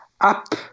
Up